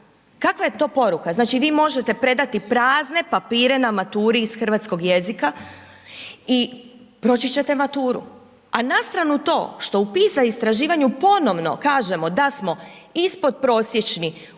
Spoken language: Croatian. Kakva je to poruka? Znači vi možete predati prazne papire na maturi iz hrvatskog jezika i proći ćete maturu. A na stranu to što u PISA istraživanju ponovno kažemo da smo ispodprosječni